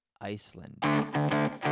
Iceland